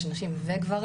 יש נשים וגברים,